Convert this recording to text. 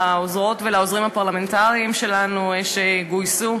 לעוזרות ולעוזרים הפרלמנטריים שלנו שגויסו.